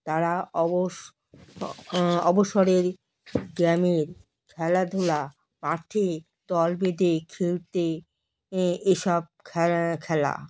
তারা অবস অবসরের গ্রামের খেলাধুলা মাঠে দল বেঁধে খেলতে এ এসব খেলা খেলা